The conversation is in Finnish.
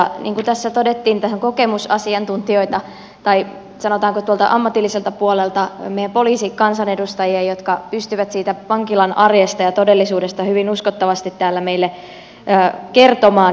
niin kuin tässä todettiin on kokemusasiantuntijoita tai sanotaanko tuolta ammatilliselta puolelta meidän poliisikansanedustajiamme jotka pystyvät siitä vankilan arjesta ja todellisuudesta hyvin uskottavasti täällä meille kertomaan